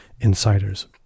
insiders